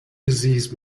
disease